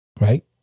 Right